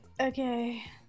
Okay